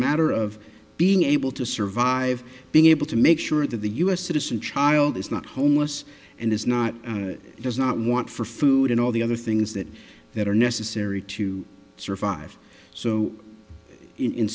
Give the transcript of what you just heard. matter of being able to survive being able to make sure that the u s citizen child is not homeless and is not does not want for food and all the other things that that are necessary to survive so in